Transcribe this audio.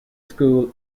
school